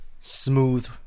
smooth